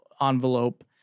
envelope